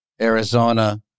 Arizona